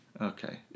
Okay